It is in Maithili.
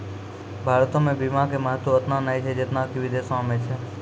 भारतो मे बीमा के महत्व ओतना नै छै जेतना कि विदेशो मे छै